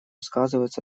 сказывается